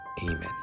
Amen